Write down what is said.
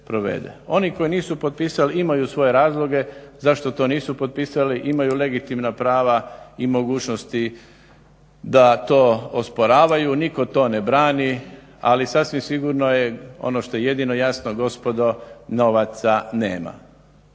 Oni koji nisu potpisali imaju svoje razloge zašto to nisu potpisali, imaju legitimna prava i mogućnosti da to osporavaju. Nitko to ne brani ali sasvim sigurno je ono što je jedino jasno gospodo, novaca nema.